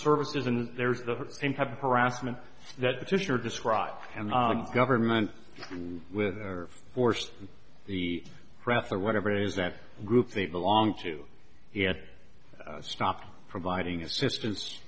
services and there's the same type of harassment that petitioner described and the government with forced the wrath or whatever it is that group they belong to he had stopped providing assistance